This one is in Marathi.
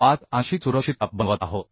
25 आंशिक सुरक्षितता बनवत आहोत